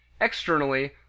Externally